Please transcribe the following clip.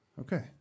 Okay